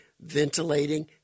ventilating